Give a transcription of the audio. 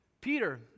Peter